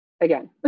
again